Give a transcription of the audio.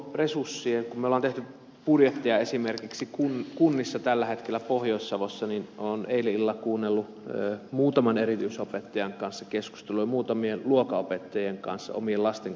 kun me olemme tehneet budjettia kunnissa esimerkiksi tällä hetkellä pohjois savossa niin olen eilen illalla muutaman erityisopettajan kanssa keskustellut ja muutamien luokanopettajien kanssa omien lasten kanssa on käyty keskustelua